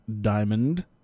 Diamond